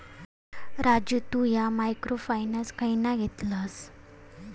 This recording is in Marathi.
राजू तु ह्या मायक्रो फायनान्स खयना घेतलस?